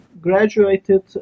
graduated